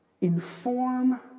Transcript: inform